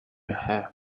have